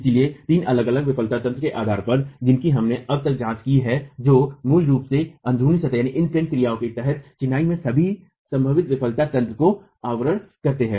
इसलिए तीन अलग अलग विफलता तंत्रों के आधार पर जिनकी हमने अब तक जांच की है जो मूल रूप अन्ध्रुनी सतह क्रिया के तहत चिनाई में सभी संभावित विफलता तंत्र को आवरण करते हैं